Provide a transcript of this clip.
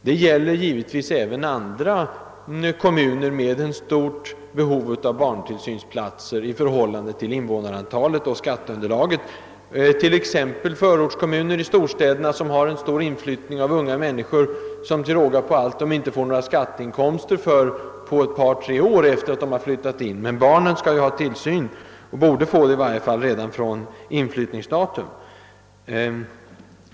Detta gäller givetvis även andra kommuner med ett stort behov av barntillsynsplatser i förhållande till invånarantalet och skatteunderlaget, t.ex. storstädernas förortskommuner som har en stor inflyttning av unga människor, från vilka kommunerna till råga på allt inte kan få skatteinkomster förrän ett par, tre år efter inflyttningen. Men barnen skall ha tillsyn — eller borde i varje fall få det — redan från inflyttningsdatum.